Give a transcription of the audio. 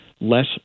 less